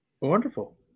wonderful